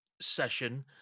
session